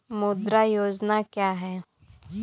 मुद्रा योजना क्या है?